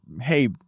hey